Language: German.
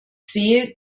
sehe